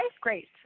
Great